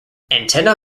antenna